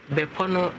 Bepono